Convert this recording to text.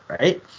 right